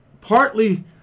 partly